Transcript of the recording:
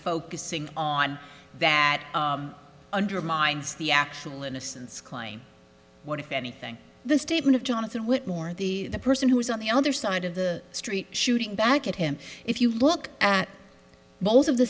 focusing on that undermines the actual innocence claim what if anything the statement of jonathan whittemore the person who is on the other side of the street shooting back at him if you look at both